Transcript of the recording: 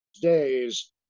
days